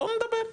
בואו נדבר,